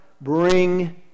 bring